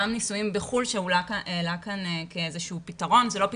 גם נישואין בחו"ל שהעלה כאן כאיזשהו פתרון זה לא פתרון,